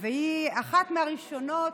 והיא אחת מהראשונות